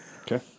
Okay